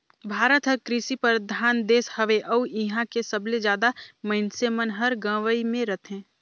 भारत हर कृसि परधान देस हवे अउ इहां के सबले जादा मनइसे मन हर गंवई मे रथें